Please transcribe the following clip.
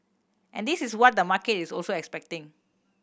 and this is what the market is also expecting